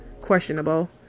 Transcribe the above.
questionable